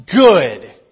good